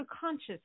conscious